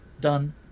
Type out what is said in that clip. done